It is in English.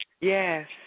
Yes